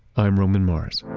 i'm roman mars